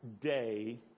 day